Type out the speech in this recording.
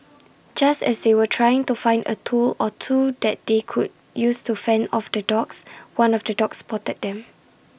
just as they were trying to find A tool or two that they could use to fend off the dogs one of the dogs spotted them